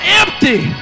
empty